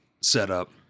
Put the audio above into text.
setup